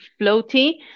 floaty